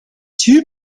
two